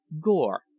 gore